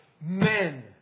men